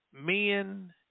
Men